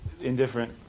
Indifferent